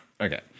Okay